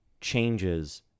changes